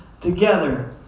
together